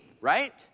right